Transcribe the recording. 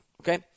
okay